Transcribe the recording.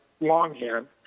longhand